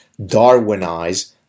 darwinize